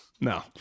No